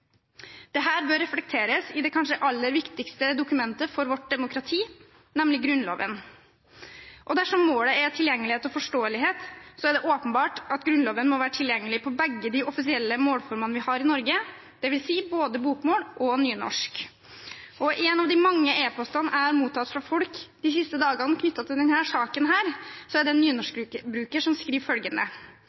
bør reflekteres i det kanskje aller viktigste dokumentet for vårt demokrati, nemlig Grunnloven. Dersom målet er tilgjengelighet og forståelighet, er det åpenbart at Grunnloven må være tilgjengelig på begge de offisielle målformene vi har i Norge, det vil si både bokmål og nynorsk. I en av de mange e-postene jeg har mottatt fra folk de siste dagene, knyttet til denne saken, er det en nynorskbruker som skriver følgende: